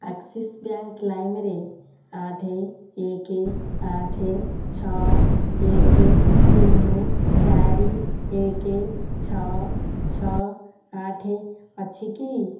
Axis bank ଲାଇମରେ ଆଠ ଏକ ଆଠ ଛଅ ଏକ ଶୂନ ଚାରି ଏକ ଛଅ ଛଅ ଆଠ ଅଛି କି